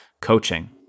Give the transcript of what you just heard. coaching